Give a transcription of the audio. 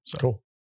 Cool